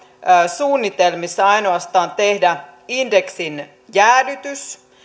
suunnitelmissa ainoastaan tehdä indeksin jäädytys